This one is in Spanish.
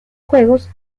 juegos